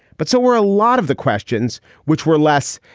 but so we're a lot of the questions which were less.